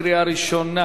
כבוד היושב-ראש,